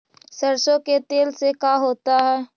सरसों के तेल से का होता है?